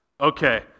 Okay